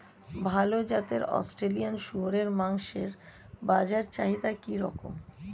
ভাল জাতের অস্ট্রেলিয়ান শূকরের মাংসের বাজার চাহিদা কি রকম?